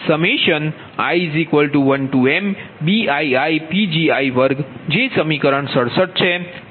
તેથી PLossi1mBiiPgi2 જે સમીકરણ 67 છે તેનો અર્થ Bij0